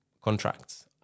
contracts